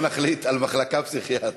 בוא נחליט על מחלקה פסיכיאטרית.